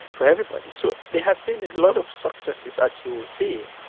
for everybody. so there has been a lot of successes, as you will see.